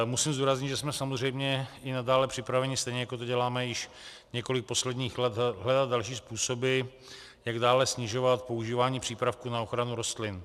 Musím zdůraznit, že jsme samozřejmě i nadále připraveni, stejně jako to děláme již několik posledních let, hledat další způsoby, jak dále snižovat používání přípravků na ochranu rostlin.